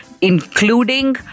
including